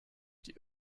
die